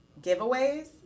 giveaways